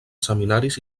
seminaris